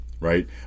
right